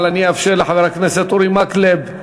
אבל אני אאפשר לחבר הכנסת אורי מקלב,